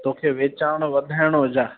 तोखे वेचारणो वधाइणो हुजा